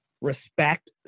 respect